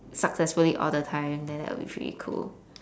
successfully all the time then that'll be pretty cool